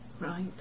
Right